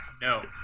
No